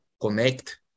connect